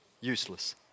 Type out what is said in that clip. Useless